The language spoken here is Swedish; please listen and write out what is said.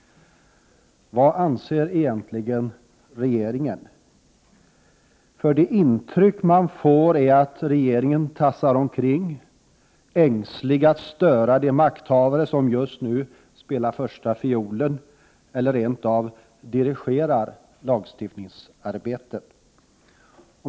Vad anser egentligen regeringen? Det intryck man får är att regeringen tassar omkring, ängslig att störa de makthavare som just nu spelar första fiolen eller rent av dirigerar lagstiftningsarbetet.